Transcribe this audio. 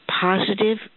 positive